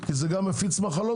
כי זה גם מפיץ מחלות.